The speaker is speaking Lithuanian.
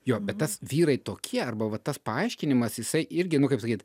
jo bet tas vyrai tokie arba va tas paaiškinimas jisai irgi nu kaip sakyt